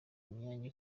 imyanya